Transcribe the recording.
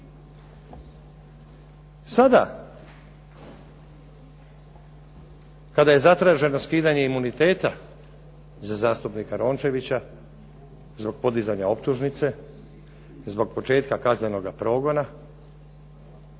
Sada kada je zatraženo skidanje imuniteta za zastupnika Rončevića zbog podizanja optužnice, zbog početka kaznenoga progona,